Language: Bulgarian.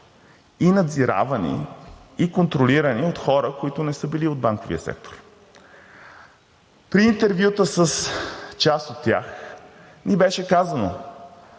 и надзиравани, и контролирани от хора, които не са били от банковия сектор. При интервюта с част от тях ни беше казано,